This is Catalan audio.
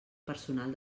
personal